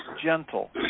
gentle